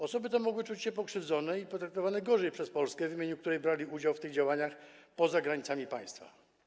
Osoby te mogły czuć się pokrzywdzone i potraktowane gorzej przez Polskę, w imieniu której brali udział w tych działaniach poza granicami państwa.